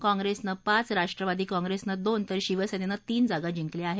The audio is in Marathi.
काँप्रेसनं पाच राष्ट्रवादी काँप्रेसनं दोन तर शिवसेनेनं तीन जागा जिंकल्या आहेत